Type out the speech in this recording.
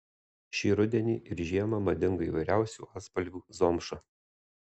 šį rudenį ir žiemą madinga įvairiausių atspalvių zomša